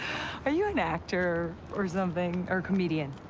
are you an actor or something? or a comedian?